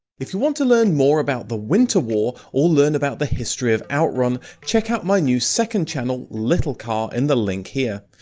if you want to learn more about the winter war or learn about the history of out run, check out my new second channel, little car in the link here,